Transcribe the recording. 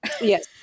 Yes